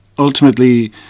Ultimately